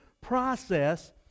process